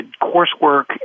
coursework